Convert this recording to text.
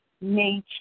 nature